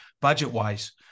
budget-wise